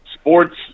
sports